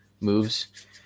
moves